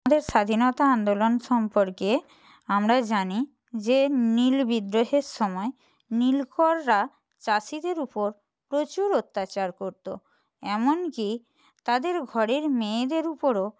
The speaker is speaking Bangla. আমাদের স্বাধীনতা আন্দোলন সম্পর্কে আমরা জানি যে নীল বিদ্রোহের সময় নীলকররা চাষীদের উপর প্রচুর অত্যাচার করতো এমনকি তাদের ঘরের মেয়েদের উপরও